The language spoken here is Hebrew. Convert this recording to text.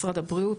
משרד הבריאות,